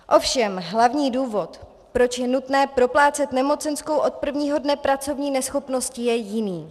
Ovšem hlavní důvod, proč je nutné proplácet nemocenskou od prvního dne pracovní neschopnosti, je jiný.